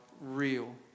real